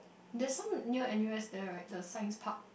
there's some near N_U_S there right the Science-Park